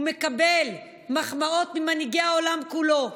הוא מקבל מחמאות ממנהיגי העולם כולו.